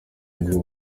ngo